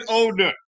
older